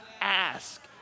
ask